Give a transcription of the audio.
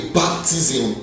baptism